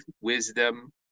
wisdom